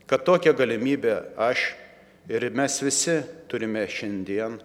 kad tokią galimybę aš ir mes visi turime šiandien